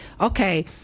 okay